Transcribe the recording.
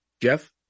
Jeff